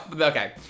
okay